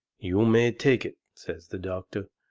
you may take it, says the doctor,